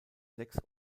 sechs